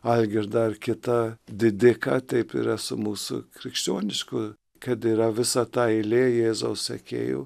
algirdą ar kitą didiką taip yra su mūsų krikščionišku kad yra visa ta eilė jėzaus sekėjų